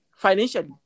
Financially